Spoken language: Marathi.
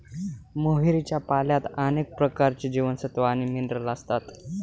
मोहरीच्या पाल्यात अनेक प्रकारचे जीवनसत्व आणि मिनरल असतात